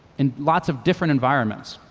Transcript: in lots of different environments.